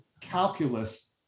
calculus